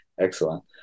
excellent